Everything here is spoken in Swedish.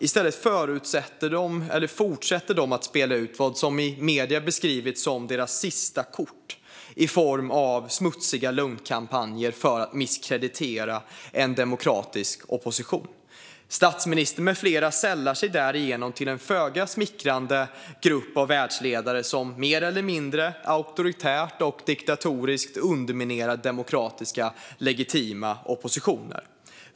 I stället fortsätter den att spela ut vad som i medierna beskrivits som dess sista kort, i form av smutsiga lögnkampanjer för att misskreditera en demokratisk opposition. Statsministern med flera sällar sig därigenom till en föga smickrande grupp av världsledare som mer eller mindre auktoritärt och diktatoriskt underminerar demokratiska och legitima oppositioner.